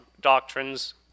doctrines